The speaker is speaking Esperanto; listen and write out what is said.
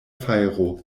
fajro